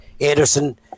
Anderson